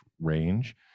range